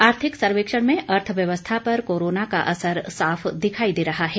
आर्थिक सर्वेक्षण में अर्थव्यवस्था पर कोरोना का असर साफ दिखाई दे रहा है